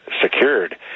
secured